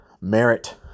merit